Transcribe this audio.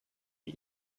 wie